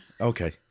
Okay